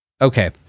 okay